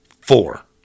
Four